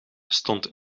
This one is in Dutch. stond